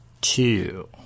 Two